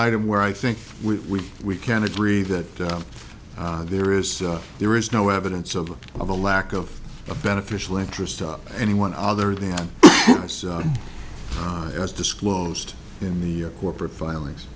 item where i think we we can agree that there is there is no evidence of a lack of a beneficial interest up anyone other than as disclosed in the corporate filings